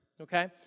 okay